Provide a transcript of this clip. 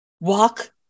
walk